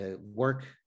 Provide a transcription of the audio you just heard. work